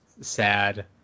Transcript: Sad